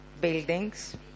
buildings